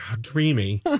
Dreamy